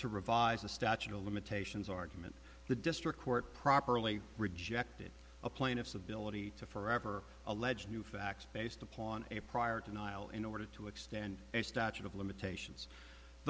to revise the statute of limitations argument the district court properly rejected a plaintiff civility to forever allege new facts based upon a prior to nial in order to extend a statute of limitations